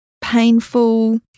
painful